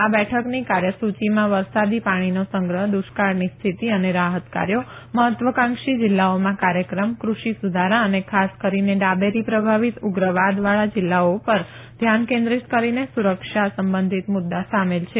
આ બેઠકની કાર્યસુચીમાં વરસાદી પાણીનો સંગ્રહ દુષ્કાળની સ્થિતિ અને રાહત કાર્યો મહત્વકાંક્ષી જીલ્લાઓના કાર્યક્રમ ક઼ષિ સુધારા અને ખાસ કરીને ડાબેરી પ્રભાવિત ઉગ્રવાદવાળા જીલ્લાઓ ઉપર ધ્યાન કેન્દ્રીત કરીને સુરક્ષા સંબંધિત મુદૃ સામેલ છે